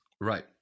Right